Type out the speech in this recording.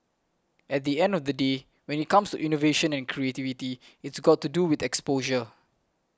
at the end of the day when it comes to innovation and creativity it's got to do with exposure